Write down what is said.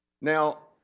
Now